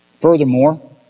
Furthermore